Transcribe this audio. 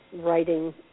writing